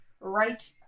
right